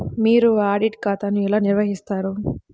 మీరు ఆడిట్ ఖాతాను ఎలా నిర్వహిస్తారు?